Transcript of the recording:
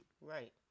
Right